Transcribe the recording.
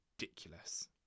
ridiculous